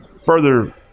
further